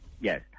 Yes